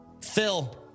Phil